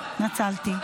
התנצלתי.